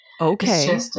Okay